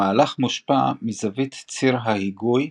המהלך מושפע מזווית ציר ההיגוי,